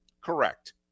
Correct